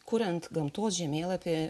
kuriant gamtos žemėlapį